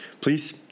Please